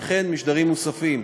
וכן משדרים מוספים,